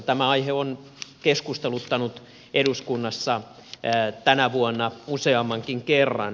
tämä aihe on keskusteluttanut eduskunnassa tänä vuonna useammankin kerran